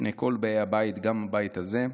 לפני כל באי הבית, גם בבית הזה.